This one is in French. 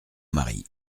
mari